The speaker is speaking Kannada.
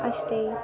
ಅಷ್ಟೇ